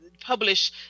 publish